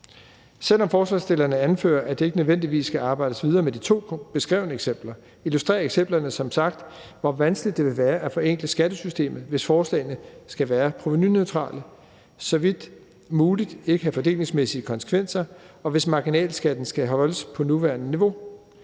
Selv om forslagsstillerne anfører, at der ikke nødvendigvis skal arbejdes videre med de to beskrevne eksempler, illustrerer eksemplerne som sagt, hvor vanskeligt det vil være at forenkle skattesystemet, hvis forslagene skal være provenuneutrale, hvis det så vidt muligt ikke have fordelingsmæssige konsekvenser, og hvis marginalskatten skal holdes på det nuværende niveau